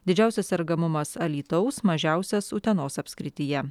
didžiausias sergamumas alytaus mažiausias utenos apskrityje